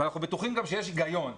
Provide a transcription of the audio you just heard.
אנחנו בטוחים גם שיש היגיון.